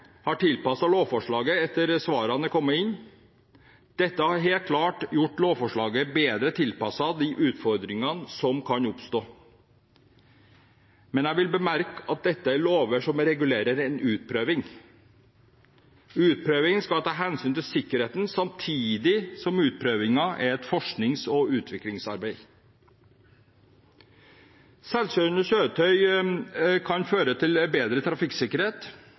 har tilpasset lovforslaget etter at svarene er kommet inn. Dette har helt klart gjort lovforslaget bedre tilpasset de utfordringene som kan oppstå. Men jeg vil bemerke at dette er lover som regulerer en utprøving. Utprøvingen skal ta hensyn til sikkerheten, samtidig som utprøvingen er et forsknings- og utviklingsarbeid. Selvkjørende kjøretøy kan føre til bedre trafikksikkerhet,